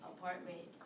apartment